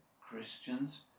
Christians